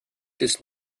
des